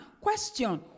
Question